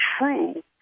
true